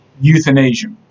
euthanasia